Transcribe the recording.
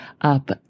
up